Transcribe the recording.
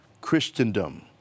Christendom